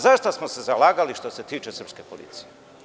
Za šta smo se zalagali što se tiče srpske policije?